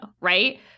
right